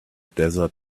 desert